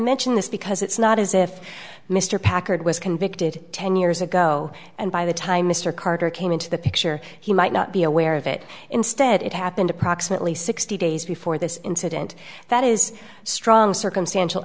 mention this because it's not as if mr packard was convicted ten years ago and by the time mr carter came into the picture he might not be aware of it instead it happened approximately sixty days before this incident that is strong circumstantial